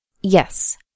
Yes